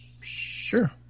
Sure